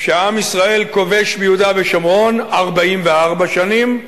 שעם ישראל כובש ביהודה ושומרון 44 שנים.